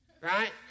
right